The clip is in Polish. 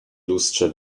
lustrze